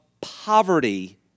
poverty